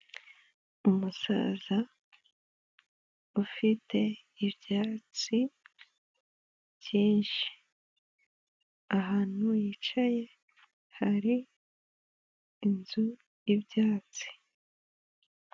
Umusaza ufite ibyatsi byinshi ahantu yicaye hari inzu y'ibyatsi.